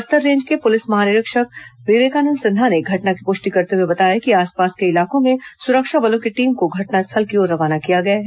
Bastar range के police महानिरीक्षक विवेकानंद सिन्हा ने घटना की पुष्टि करते हुए बताया कि आसपास के इलाकों में सुरक्षा बलों की टीम को घटनास्थल की ओर रवाना किया गया है